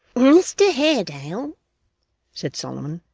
mr haredale said solomon,